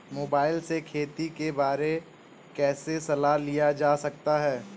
Mobile से खेती के बारे कैसे सलाह लिया जा सकता है?